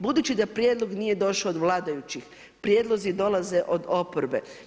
Budući da prijedlog nije došao od vladajućih, prijedlozi dolaze od oporbe.